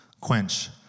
quench